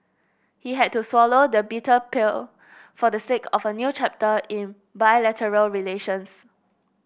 he had to swallow the bitter pill for the sake of a new chapter in bilateral relations